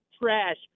trash